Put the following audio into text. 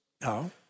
No